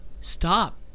Stop